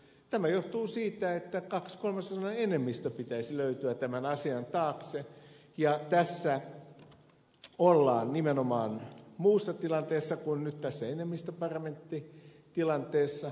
tämä johtuu siitä että kahden kolmasosan enemmistö pitäisi löytyä tämän asian taakse ja tässä ollaan nimenomaan muussa tilanteessa kuin nyt tässä enemmistöparlamenttitilanteessa